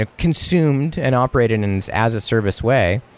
ah consumed and operated in as a service way,